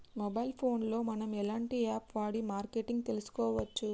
Mobile phone లో మనం ఎలాంటి యాప్ వాడి మార్కెటింగ్ తెలుసుకోవచ్చు?